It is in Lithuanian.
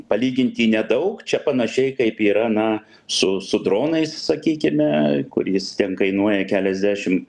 palyginti nedaug čia panašiai kaip yra na su su dronais sakykime kur jis ten kainuoja keliasdešim